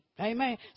Amen